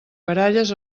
baralles